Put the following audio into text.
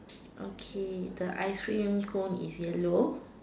okay the ice cream cone is yellow